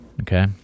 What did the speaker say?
okay